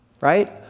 right